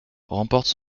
remporte